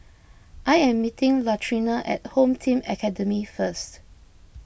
I am meeting Latrina at Home Team Academy first